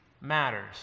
matters